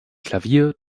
klavier